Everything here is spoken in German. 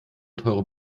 teure